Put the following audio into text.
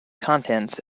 contents